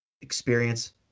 Experience